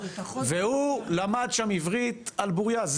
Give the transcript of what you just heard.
והוא למד שם עברית על בוריה.